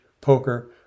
poker